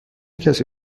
کسی